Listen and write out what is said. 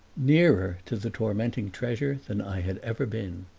nearer to the tormenting treasure than i had ever been.